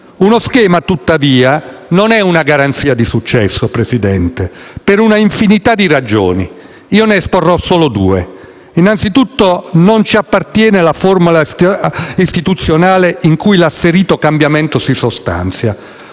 Uno schema, tuttavia, non è una garanzia di successo, Presidente. Per una infinità di ragioni; io ne esporrò solo due. Innanzitutto, non ci appartiene la formula istituzionale in cui l'asserito «cambiamento» si sostanzia: